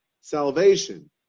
salvation